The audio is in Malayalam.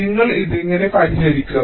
നിങ്ങൾ ഇത് എങ്ങനെ പരിഹരിക്കും